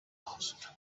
answered